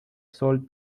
sol